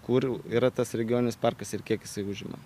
kur yra tas regioninis parkas ir kiek jisai užima